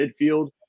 midfield